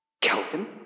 Kelvin